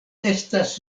estas